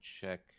check